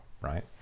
right